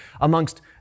amongst